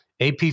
AP